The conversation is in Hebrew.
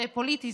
זה פוליטי,